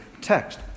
text